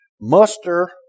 muster